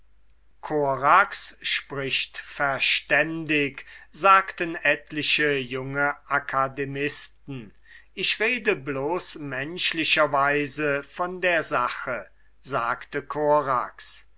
korax spricht verständig sagten etliche junge akademisten ich rede bloß menschlicherweise von der sache sagte